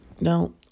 Now